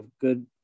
good